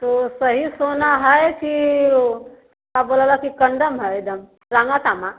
तो सही सोना है कि वो क्या बोला था कि कंडम है एकदम रांगा सामा